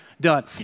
done